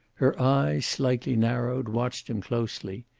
her eyes, slightly narrowed, watched him closely.